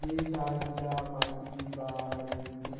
যে সার গিলা মাটি বা ভুঁইতে